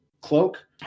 cloak